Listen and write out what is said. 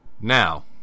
Now